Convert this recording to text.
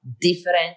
different